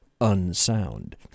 unsound